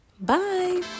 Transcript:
bye